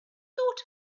thought